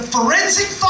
Forensic